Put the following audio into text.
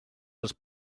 els